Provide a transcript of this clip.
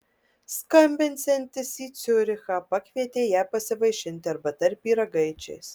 skambinsiantis į ciurichą pakvietė ją pasivaišinti arbata ir pyragaičiais